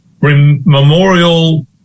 memorial